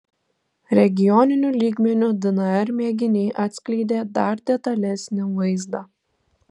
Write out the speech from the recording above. regioniniu lygmeniu dnr mėginiai atskleidė dar detalesnį vaizdą